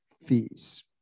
fees